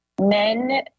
men